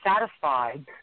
satisfied